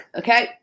okay